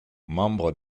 membre